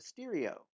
Mysterio